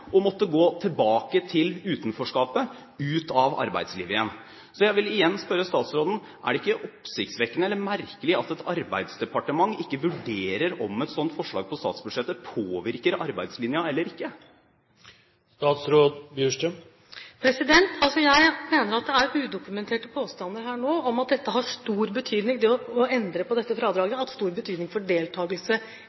måtte gå tilbake til «utenforskapet» – ut av arbeidslivet igjen. Så jeg vil igjen spørre statsråden: Er det ikke oppsiktsvekkende, eller merkelig, at et arbeidsdepartement ikke vurderer om et sånt forslag på statsbudsjettet påvirker arbeidslinja eller ikke? Jeg mener det er udokumenterte påstander her om at det å endre på dette fradraget har stor betydning